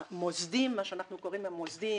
מה שאנחנו קוראים "מוסדי",